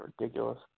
ridiculous